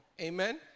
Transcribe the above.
amen